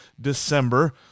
December